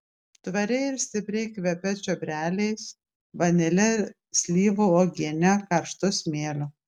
tvariai ir stipriai kvepia čiobreliais vanile slyvų uogiene karštu smėliu